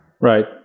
Right